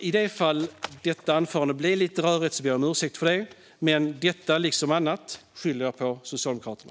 I det fall detta anförande blev lite rörigt ber jag om ursäkt. Men detta liksom annat skyller jag på Socialdemokraterna.